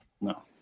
No